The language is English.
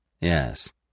Yes